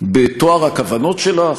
בטוהר הכוונות שלך,